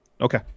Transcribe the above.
Okay